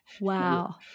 wow